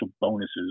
bonuses